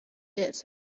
gets